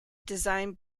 designed